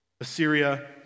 Assyria